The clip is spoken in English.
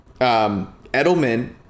Edelman